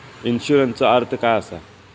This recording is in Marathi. इन्शुरन्सचो अर्थ काय असा?